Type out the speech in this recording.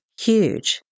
huge